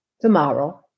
tomorrow